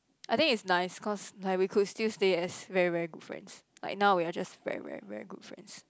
I think it's nice cause like we could still stay as very very good friends like now we are just very very good friends